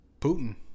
Putin